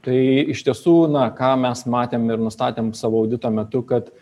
tai iš tiesų na ką mes matėm ir nustatėm savo audito metu kad